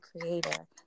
Creator